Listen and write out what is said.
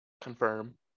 Confirm